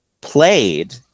played